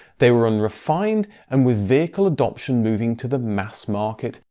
they were unrefined, and with vehicle adoption moving to the mass market,